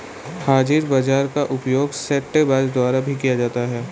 हाजिर बाजार का उपयोग सट्टेबाजों द्वारा भी किया जाता है